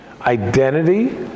identity